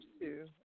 two